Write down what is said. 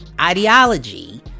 ideology